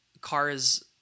cars